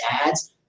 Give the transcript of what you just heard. ads